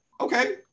okay